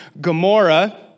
Gomorrah